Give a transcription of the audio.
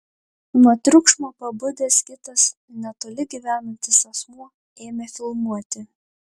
nuo triukšmo pabudęs kitas netoli gyvenantis asmuo ėmė filmuoti